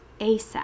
ASAP